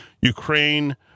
Ukraine